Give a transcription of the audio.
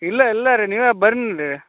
ಇಲ್ಲ ಇಲ್ಲ ರೀ ನೀವೇ ಬನ್ರೀ